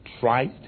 tried